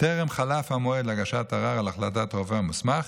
טרם חלף המועד להגשת ערר על החלטת הרופא המוסמך,